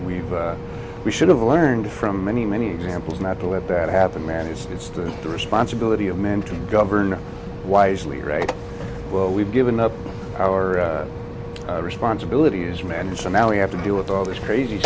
we we should have learned from many many examples not to let that happen man it's the responsibility of men to govern wisely right well we've given up our responsibility as men so now we have to deal with all this crazy